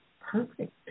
perfect